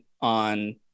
on